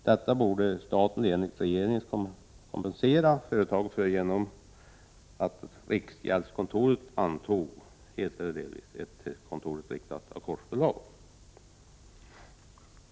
Detta borde staten enligt regeringen kompensera företaget för genom att riksgäldskontoret skulle anta, helt eller delvis, ett till kontoret riktat ackordförslag.